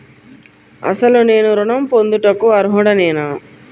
అసలు నేను ఋణం పొందుటకు అర్హుడనేన?